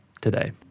today